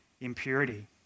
impurity